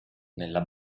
nella